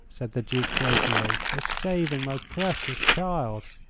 said the duke, brokenly, for saving my precious child.